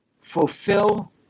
fulfill